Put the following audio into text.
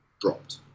dropped